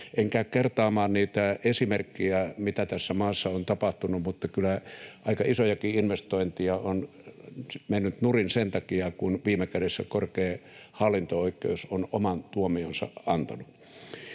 En käy kertaamaan niitä esimerkkejä, mitä tässä maassa on tapahtunut, mutta kyllä aika isojakin investointeja on mennyt nurin, kun viime kädessä korkein hallinto-oikeus on oman tuomionsa antanut.